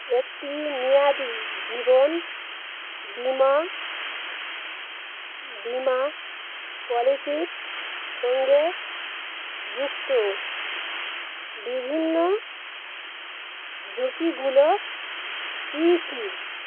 একটি ময়াদি জীবন বিমা বিমা পলিসির সঙ্গে যুক্ত বিভিন্ন ঝুঁকিগুলো কী কী